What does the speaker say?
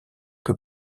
que